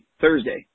Thursday